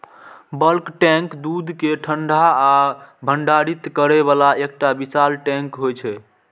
bulk tank दूध कें ठंडा आ भंडारित करै बला एकटा विशाल टैंक होइ छै